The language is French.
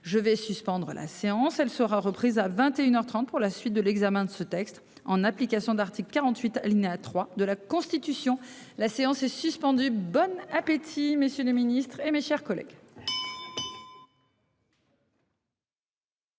Je vais suspendre la séance elle sera reprise à 21h 30 pour la suite de l'examen de ce texte en application de l'article 48 alinéa 3 de la Constitution. La séance est suspendue, bonne appétit messieurs nos ministres et mes chers collègues.